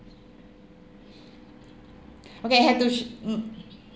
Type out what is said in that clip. okay have to sh~ mm